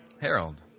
Harold